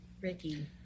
Ricky